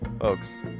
Folks